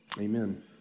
Amen